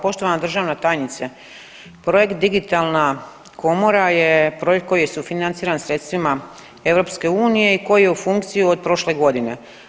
Poštovana državna tajnice, projekt digitalna komora je projekt koji je sufinanciran sredstvima EU i koji je u funkciji od prošle godine.